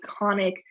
iconic